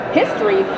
history